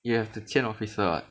you have to 签 officer [what]